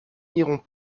n’irons